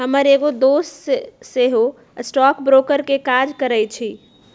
हमर एगो दोस सेहो स्टॉक ब्रोकर के काज करइ छइ